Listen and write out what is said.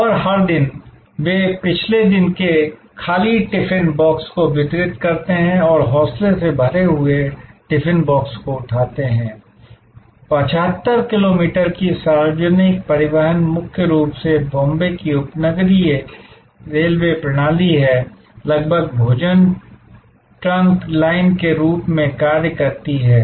और हर दिन वे पिछले दिन के खाली टिफिन बॉक्स को वितरित करते हैं और हौसले से भरे हुए टिफिन बॉक्स को उठाते हैं 75 किलोमीटर की सार्वजनिक परिवहन मुख्य रूप से बॉम्बे की उपनगरीय रेलवे प्रणाली है लगभग भोजन ट्रंक लाइन के रूप में कार्य करती है